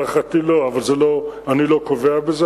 להערכתי לא, אבל אני לא קובע בזה.